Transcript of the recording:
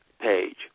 page